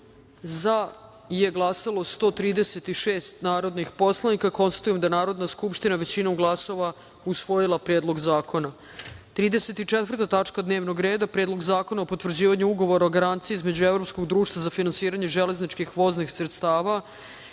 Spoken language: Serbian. za – 136 narodnih poslanika. Konstatujem da je Narodna skupština većinom glasova usvojila Predlog zakona.34. tačka dnevnog reda – Predlog zakona o potvrđivanju Ugovora o garanciji između Evropskog društva za finansiranje železničkih voznih sredstava